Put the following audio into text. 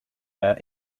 their